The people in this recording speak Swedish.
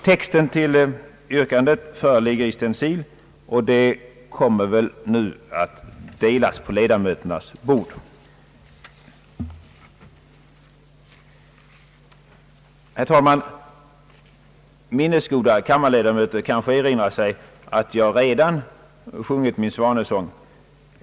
Texten till yrkandet föreligger i stencil som kommer att delas ut till kammarens ledamöter. Herr talman! Minnesgoda kammarledamöter kanske erinrar sig att jag redan sjungit min svanesång.